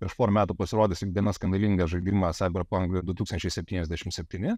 prieš porą metų pasirodysį vieną skandalingą žaidimą cyber punk ang du tūksnačiai septynišimtai sepnyti